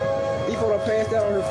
להבין